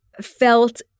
felt